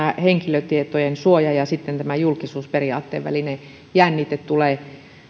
henkilötietojen suojan ja julkisuusperiaatteen välinen jännite tulee